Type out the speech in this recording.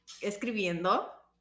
escribiendo